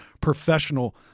professional